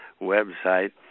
website